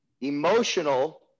emotional